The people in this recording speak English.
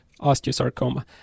osteosarcoma